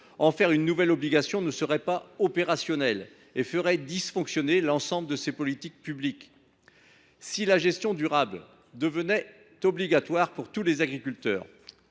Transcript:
en faire une nouvelle obligation ne serait pas opérationnel et ferait « dysfonctionner » l’ensemble de ces politiques publiques. Si la gestion durable devenait obligatoire pour tous les agriculteurs,